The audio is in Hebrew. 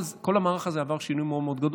כל המערך הזה עבר שינוי מאוד מאוד גדול.